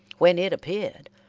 when it appeared,